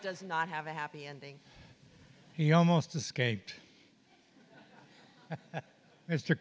now does not have a happy ending he almost escaped mr